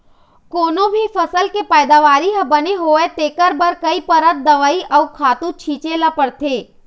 कोनो भी फसल के पइदावारी बने होवय तेखर बर कइ परत दवई अउ खातू छिते ल परथे